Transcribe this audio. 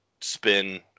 spin